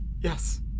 Yes